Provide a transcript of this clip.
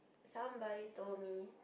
somebody told me